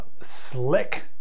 slick